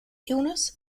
illnesses